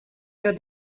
der